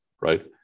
right